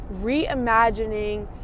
reimagining